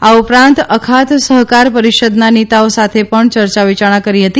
આ ઉપરાંત અખાત સહકાર પરિષદના નેતાઓ સાથે પણ ચર્ચાવિયારણા કરી હતી